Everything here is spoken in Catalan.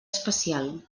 especial